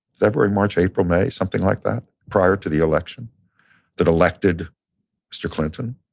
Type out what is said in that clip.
february, march, april, may, something like that, prior to the election that elected mr. clinton.